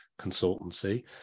Consultancy